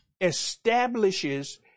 establishes